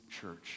church